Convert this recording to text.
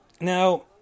Now